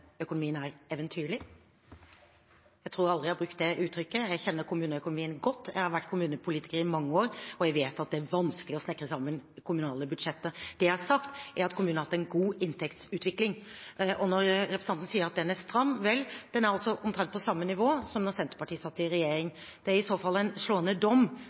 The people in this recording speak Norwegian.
er eventyrlig? Jeg tror aldri jeg har brukt det uttrykket. Jeg kjenner kommuneøkonomien godt. Jeg har vært kommunepolitiker i mange år, og jeg vet at det er vanskelig å snekre sammen kommunale budsjetter. Det jeg har sagt, er at kommunene har hatt en god inntektsutvikling. Representanten sier at økonomien er stram. Vel, den er på omtrent samme nivå som da Senterpartiet satt i regjering, så det er i så fall en slående dom